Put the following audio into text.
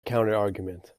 counterargument